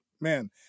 man